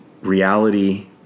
reality